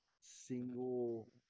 single